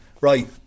right